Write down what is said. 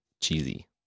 cheesy